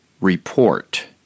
Report